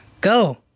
Go